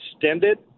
extended